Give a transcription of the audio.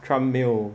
trump 没有